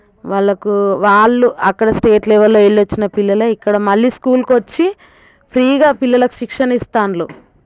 వాళ్ళకు వాళ్ళు అక్కడ స్టేట్ లెవెల్లో వెళ్ళి వచ్చిన పిల్లలే ఇక్కడ మళ్ళీ స్కూల్కి వచ్చి ఫ్రీగా పిల్లలకు శిక్షణ ఇస్తున్నారు